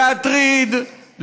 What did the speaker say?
להטריד,